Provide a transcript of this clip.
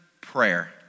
prayer